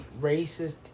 Racist